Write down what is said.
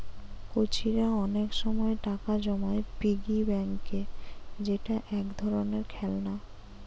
কচিরা অনেক সময় টাকা জমায় পিগি ব্যাংকে যেটা এক ধরণের খেলনা